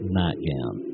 nightgown